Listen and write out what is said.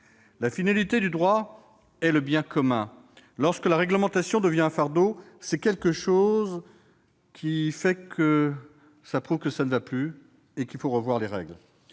La finalité du droit est le bien commun. Lorsque la réglementation devient un fardeau, c'est que quelque chose ne va plus et qu'il faut revoir les règles.